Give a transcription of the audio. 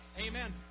Amen